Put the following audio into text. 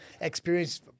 experience